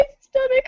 stomach